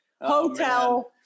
Hotel